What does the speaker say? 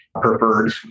preferred